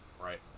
right